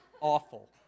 awful